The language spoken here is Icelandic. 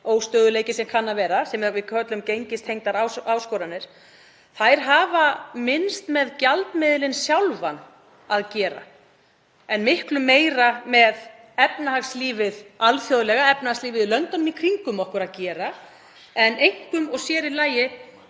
óstöðugleiki sem kann að vera og við köllum gengistengdar áskoranir, hafa minnst með gjaldmiðilinn sjálfan að gera en miklu meira með alþjóðlegt efnahagslíf og efnahagslíf í löndunum í kringum okkur að gera, en einkum og sér í lagi